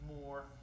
more